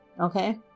okay